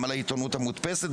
גם על העיתונות המודפסת,